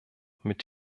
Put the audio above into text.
mit